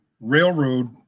railroad